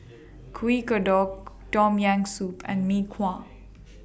Kuih Kodok Tom Yam Soup and Mee Kuah